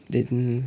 त्यहाँदेखि